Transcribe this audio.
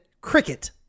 Cricket